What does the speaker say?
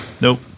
Nope